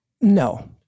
No